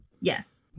Yes